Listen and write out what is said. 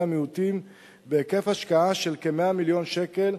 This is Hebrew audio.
המיעוטים בהיקף השקעה של כ-100 מיליון שקל,